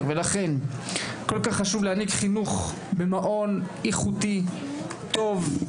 ולכן כל כך חשוב להעניק חינוך במעון איכותי וטוב.